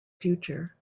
future